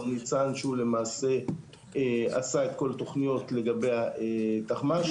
ניצן שהוא למעשה עשה את כל התוכניות לגבי התחמ"שים.